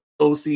OC